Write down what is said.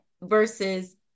versus